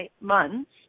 months